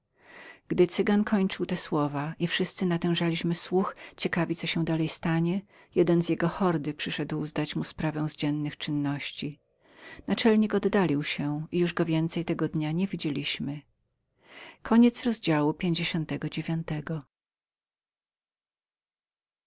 gdy cygan kończył te słowa i wszyscy natężaliśmy słuch ciekawi co się dalej stanie jeden z jego hordy przyszedł zdawać mu sprawę z dziennych czynności oddalił się i już go więcej tego dnia nie widzieliśmy